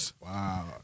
Wow